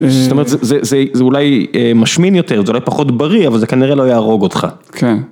זאת אומרת, זה אולי משמין יותר, זה אולי פחות בריא, אבל זה כנראה לא יהרוג אותך. כן.